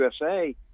USA